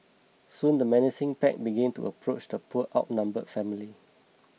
soon the menacing pack began to approach the poor outnumbered family